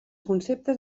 conceptes